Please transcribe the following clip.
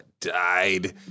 died